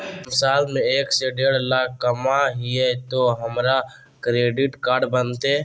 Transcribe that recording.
हम साल में एक से देढ लाख कमा हिये तो हमरा क्रेडिट कार्ड बनते?